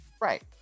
Right